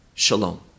Shalom